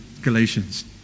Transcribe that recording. Galatians